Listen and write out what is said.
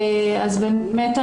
בבקשה.